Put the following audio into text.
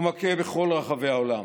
הוא מכה בכל רחבי העולם,